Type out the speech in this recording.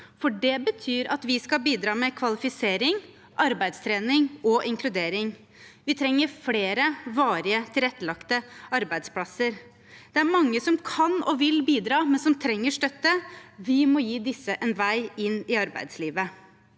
for det betyr at vi skal bidra med kvalifisering, arbeidstrening og inkludering. Vi trenger flere varig tilrettelagte arbeidsplasser. Det er mange som kan og vil bidra, men som trenger støtte, og vi må gi disse en vei inn i arbeidslivet.